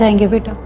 and give it